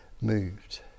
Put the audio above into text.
moved